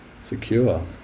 secure